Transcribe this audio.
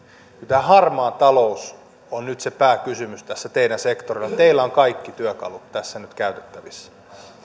tämä harmaa talous on nyt se pääkysymys tässä teidän sektorillanne teillä on kaikki työkalut tässä nyt käytettävissä